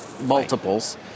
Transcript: multiples